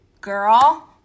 girl